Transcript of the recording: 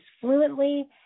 fluently